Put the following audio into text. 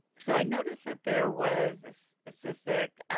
so i noticed that there was a specific,